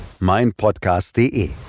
meinpodcast.de